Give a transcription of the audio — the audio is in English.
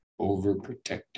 overprotective